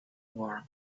warm